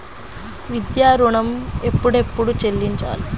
విద్యా ఋణం ఎప్పుడెప్పుడు చెల్లించాలి?